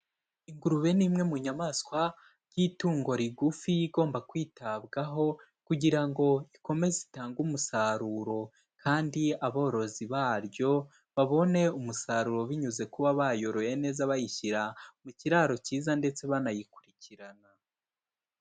Ingurube ni imwe mu nyamaswa y'itungo rigufi igomba kwitabwaho kugira ngo ikomeze itange umusaruro, kandi aborozi baryo babone umusaruro binyuze kuba bayoroye neza bayishyira mu kiraro cyiza ndetse banayikurikirana.